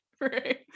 Right